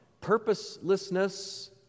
purposelessness